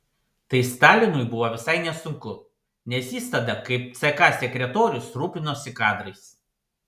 tai stalinui buvo visai nesunku nes jis tada kaip ck sekretorius rūpinosi kadrais